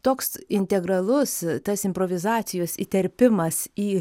toks integralus tas improvizacijos įterpimas į